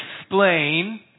explain